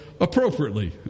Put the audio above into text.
appropriately